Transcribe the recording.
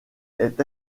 est